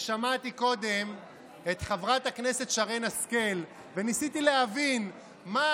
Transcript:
שמעתי קודם את חברת הכנסת שרן השכל וניסיתי להבין מה